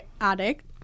addict